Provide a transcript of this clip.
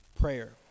prayer